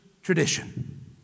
Tradition